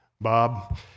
Bob